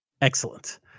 Excellent